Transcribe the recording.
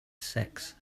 sex